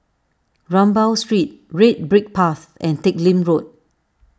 Rambau Street Red Brick Path and Teck Lim Road